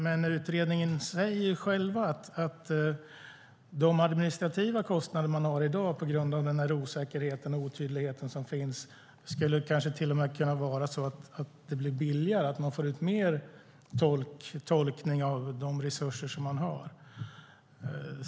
Men utredningen säger att de administrativa kostnader man har i dag på grund av den osäkerhet och otydlighet som finns till och med skulle kunna bli lägre och att man skulle kunna få ut mer tolkning av de resurser som man har.